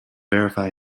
verify